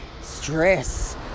Stress